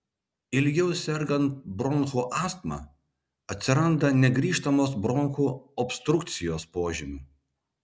ilgiau sergant bronchų astma atsiranda negrįžtamos bronchų obstrukcijos požymių